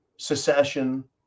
Secession